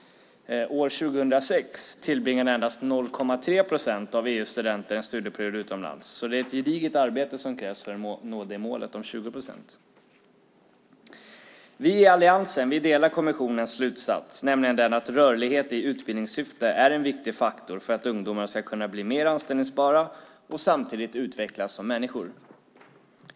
År 2006 tillbringade endast 0,3 procent av EU:s studenter en studieperiod utomlands. Det är alltså ett gediget arbete som krävs för att nå målet om 20 procent. Vi i alliansen delar kommissionens slutsats, nämligen den att rörlighet i utbildningssyfte är en viktig faktor för att ungdomar ska kunna bli mer anställningsbara och samtidigt utvecklas som människor.